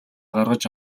гаргаж